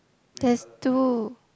there's two